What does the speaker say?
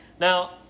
Now